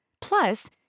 Plus